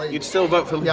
you'd still vote for yeah